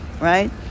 right